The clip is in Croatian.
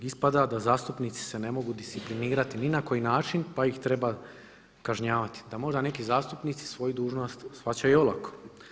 Ispada da zastupnici se ne mogu disciplinirati ni na koji način pa ih treba kažnjavati, da možda neki zastupnici svoju dužnost shvaćaju olako.